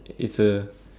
it's a